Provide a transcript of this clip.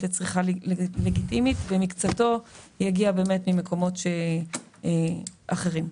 לצריכה לגיטימית ומקצתו יגיע ממקומות אחרים.